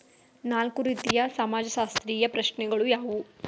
ನಾಲ್ಕು ರೀತಿಯ ಸಮಾಜಶಾಸ್ತ್ರೀಯ ಪ್ರಶ್ನೆಗಳು ಯಾವುವು?